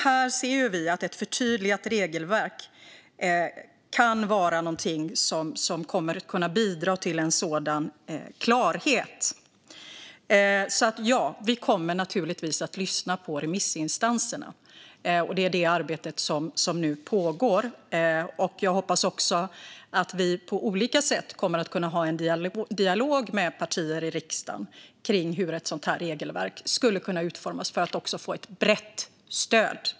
Här ser vi att ett förtydligat regelverk kan vara någonting som kommer att kunna bidra till en sådan klarhet. Vi kommer naturligtvis att lyssna på remissinstanserna. Det är det arbetet som nu pågår. Jag hoppas också att vi på olika sätt kommer att kunna ha en dialog med partier i riksdagen om hur ett sådant här regelverk skulle kunna utformas för att också få ett brett stöd.